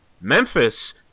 Memphis